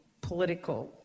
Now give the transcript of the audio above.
political